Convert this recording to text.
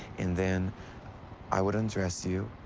and then i would undress you,